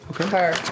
Okay